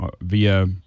via